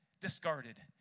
discarded